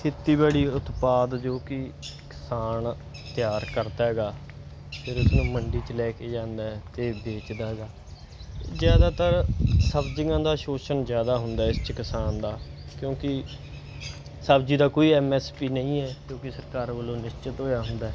ਖੇਤੀਬਾੜੀ ਉਤਪਾਦ ਜੋ ਕਿ ਕਿਸਾਨ ਤਿਆਰ ਕਰਦਾ ਹੈਗਾ ਫੇਰ ਉਸਨੂੰ ਮੰਡੀ 'ਚ ਲੈ ਕੇ ਜਾਂਦਾ ਅਤੇ ਵੇਚਦਾ ਗਾ ਜ਼ਿਆਦਾਤਰ ਸਬਜ਼ੀਆਂ ਦਾ ਸ਼ੋਸ਼ਣ ਜ਼ਿਆਦਾ ਹੁੰਦਾ ਇਸ 'ਚ ਕਿਸਾਨ ਦਾ ਕਿਉਂਕਿ ਸਬਜ਼ੀ ਦਾ ਕੋਈ ਐਮ ਐਸ ਪੀ ਨਹੀਂ ਹੈ ਕਿਉਂਕਿ ਸਰਕਾਰ ਵੱਲੋਂ ਨਿਸ਼ਚਿਤ ਹੋਇਆ ਹੁੰਦਾ